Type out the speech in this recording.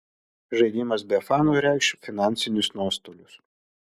žaidimas be fanų reikš finansinius nuostolius